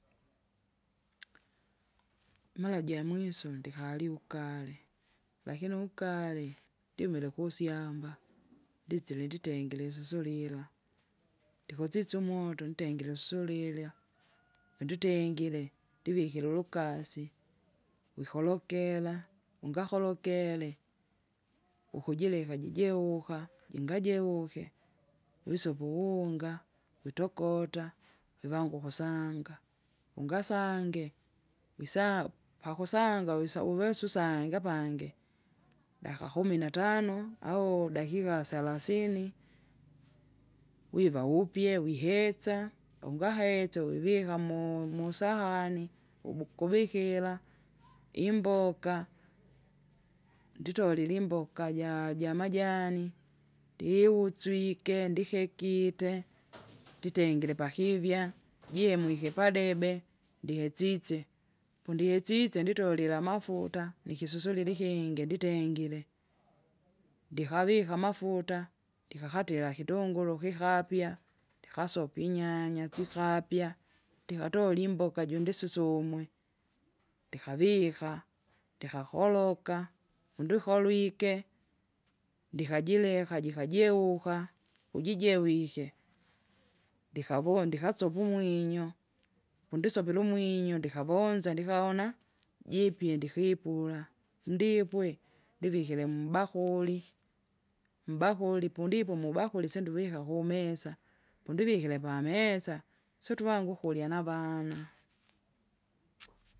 Mara jamwiso ndikalyu ugale, lakini ukale jumile kusyamba ndisile nditengire isusulila. Ndikusisye umoto ntengire isusulilya, undutengire ndivikire ulukasi, wikolokera, ungakorokele, ukijililika jijeuka jingajeuke wisope uwuunga, witokota, vivangu ukusanga, ungasange? wisa pakusanga wisa uvesa usange apange, daika kumi na tano au dakika salasini, wiva upye wihetsa, ungahesa vivika mu- musahani ubu- kubikira, imboka nditolile imboka ja- jamajani, ndiuswike ndikekite, nditengire pakivya jiemwike padebe, ndihesisye, pondihasisye nditolile amafuta nikisusulila ikingi nditengire, ndikavika amafuta, ndikakatira kitunguru kikapya, ndikasopa inyanya sikapya. Ndikatola imboka jundisusumwe, ndikavika, ndikakoka, undwikolwike, ndikajileka jikajeuka ujijewike, ndikavo ndikasopa umwinyo, pundisopile umwinyo ndikavonza ndikaona, jipye ndikipula, ndipwe, ndivikire mubakuri, mbakuri pundipo mubakuri sinduvika kumesa, pondivikire pamesa, syotuwange ukurya navana.